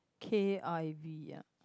k_i_v ah